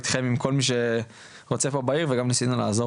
גם איתכם ובכלל גם עם כל מי שרוצה פה בעיר וגם ניסינו לעזור